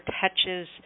touches